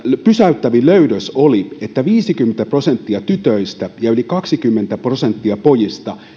pysäyttävin löydös oli että viisikymmentä prosenttia tytöistä ja yli kaksikymmentä prosenttia pojista